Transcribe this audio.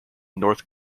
north